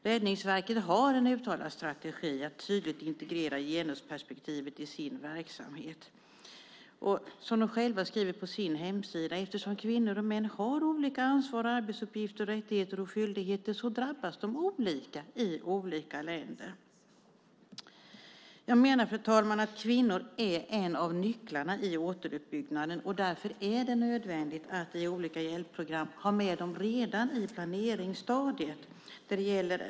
Räddningsverket har en uttalad strategi att tydligt integrera genusperspektivet i sin verksamhet. De skriver själva på sin hemsida att eftersom kvinnor har olika ansvar och arbetsuppgifter, rättigheter och skyldigheter drabbas de olika i olika länder. Jag menar, fru talman, att kvinnor är en av nycklarna i återuppbyggnaden. Därför är det nödvändigt att i olika hjälpprogram ha med dem redan på planeringsstadiet.